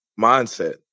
mindset